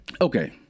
okay